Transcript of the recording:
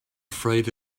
afraid